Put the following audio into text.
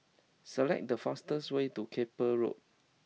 select the fastest way to Keppel Road